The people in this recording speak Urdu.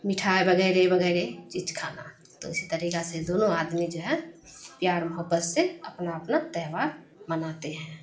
مٹھائی وغیرہ وغیرہ چیز کھانا تو اسی طریقہ سے دونوں آدمی جو ہے پیار محبت سے اپنا اپنا تہوار مناتے ہیں